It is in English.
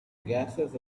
gases